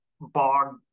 bog